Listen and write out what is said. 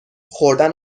خوردن